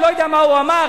אני לא יודע מה הוא אמר,